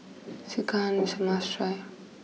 Sekihan is a must try